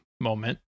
moment